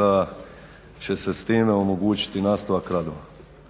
da će se s time omogućiti nastavak radova.